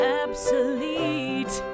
obsolete